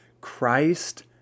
Christ